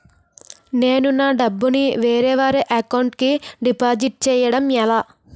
నేను నా డబ్బు ని వేరే వారి అకౌంట్ కు డిపాజిట్చే యడం ఎలా?